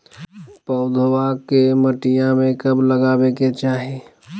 पौधवा के मटिया में कब लगाबे के चाही?